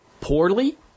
poorly